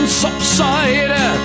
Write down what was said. subside